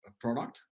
product